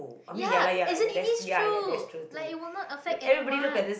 ya as in it is true like it will not affect anyone